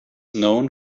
known